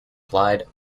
applied